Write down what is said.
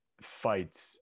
fights